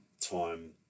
time